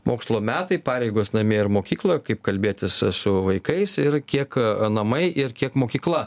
mokslo metai pareigos namie ir mokykloje kaip kalbėtis su vaikais ir kiek namai ir kiek mokykla